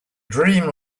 dream